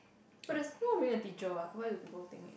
but there's more of being a teacher [what] why do people think it